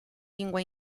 lingua